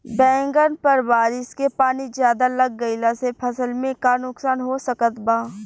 बैंगन पर बारिश के पानी ज्यादा लग गईला से फसल में का नुकसान हो सकत बा?